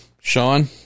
Sean